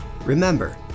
Remember